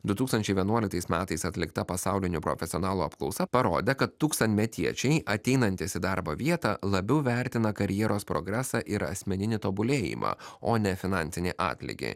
du tūkstančiai vienuoliktais metais atlikta pasaulinių profesionalų apklausa parodė kad tūkstantmetiečiai ateinantys į darbo vietą labiau vertina karjeros progresą ir asmeninį tobulėjimą o ne finansinį atlygį